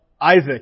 Isaac